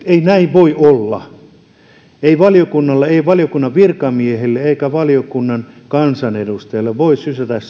näin ei voi olla ei valiokunnalle ei valiokunnan virkamiehille eikä valiokunnan kansanedustajille voi